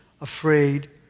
afraid